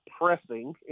pressing